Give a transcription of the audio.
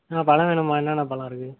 ஆ பழம் வேணும்மா என்னென்ன பழம் இருக்குது